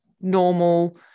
normal